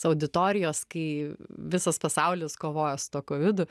auditorijos kai visas pasaulis kovoja su tuo kovidu